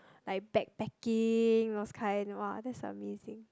like backpacking those kind !wah! that's amazing